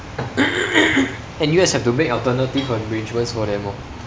N_U_S have to make alternative arrangements for them lor